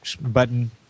button